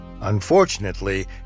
Unfortunately